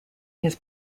his